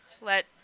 let